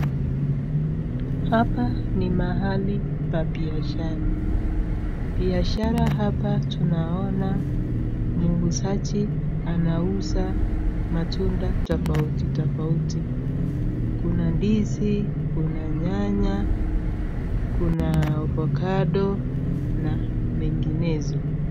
Hapa ni mahali pa biashara. Biashara hapa tunaona mwuuzaji anauza matunda tofauti tofauti kuna ndizi, kuna nyanya, kuna ovacado na menginezo.